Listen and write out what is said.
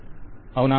client అవునా